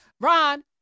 Ron